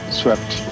swept